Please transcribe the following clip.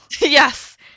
yes